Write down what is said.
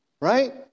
right